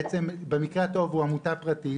בעצם במקרה הטוב הוא עמותה פרטית.